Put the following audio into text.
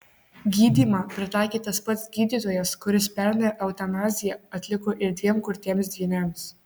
gydymą pritaikė tas pats gydytojas kuris pernai eutanaziją atliko ir dviem kurtiems dvyniams